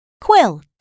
quilt